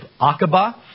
Aqaba